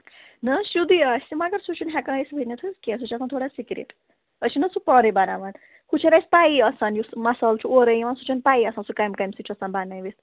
نہَ حظ سیٚودٕے آسہِ مگر سُہ چھِنہٕ ہٮ۪کان أسۍ ؤنِتھ حظ کیٚنٛہہ سُہ چھُ آسان تھوڑا سِکرِٹ أسۍ چھُناہ سُہ پانے بناوان ہُہ چھَنہٕ اَسہِ پَیی آسان یُس مصالہٕ چھُ اورے یِوان سُہ چھُنہٕ پیی آسان سُہ کَمہِ کَمہِ سۭتۍ چھُ آسان بنٲوِتھ